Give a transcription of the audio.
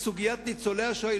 בסוגיית ניצולי השואה,